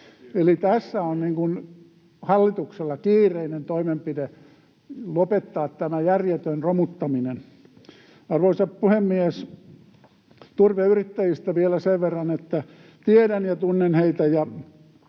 Eli tässä on hallituksella kiireinen toimenpide lopettaa tämä järjetön romuttaminen. Arvoisa puhemies! Turveyrittäjistä vielä sen verran, että tiedän ja tunnen heitä